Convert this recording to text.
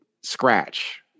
scratch